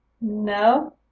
No